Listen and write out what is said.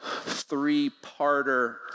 three-parter